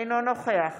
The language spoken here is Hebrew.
אינו נוכח